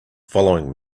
following